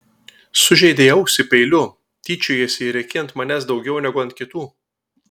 sužeidei ausį peiliu tyčiojiesi ir rėki ant manęs daugiau negu ant kitų